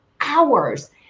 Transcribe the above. hours